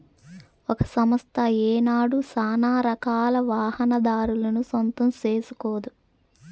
ఒక సంస్థ ఏనాడు సానారకాల వాహనాదారులను సొంతం సేస్కోదు